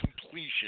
completion